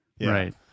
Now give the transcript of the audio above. right